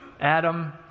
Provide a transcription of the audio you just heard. Adam